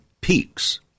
peaks